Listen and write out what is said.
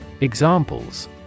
Examples